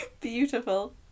Beautiful